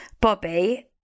Bobby